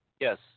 yes